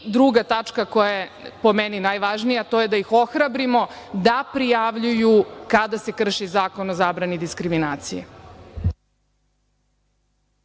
tačka koja je po meni najvažnija to je da ih ohrabrimo da prijavljuju kada se krši Zakon o zabrani diskriminacije.